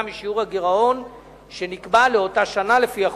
משיעור הגירעון שנקבע לאותה שנה לפי החוק.